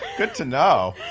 good to know.